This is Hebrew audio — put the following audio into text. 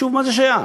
מה זה שייך?